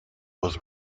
was